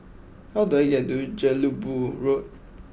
how do I get to Jelebu Road